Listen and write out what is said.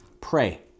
pray